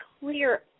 clear